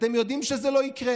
אתם יודעים שזה לא יקרה.